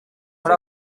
muri